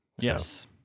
Yes